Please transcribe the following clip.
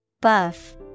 Buff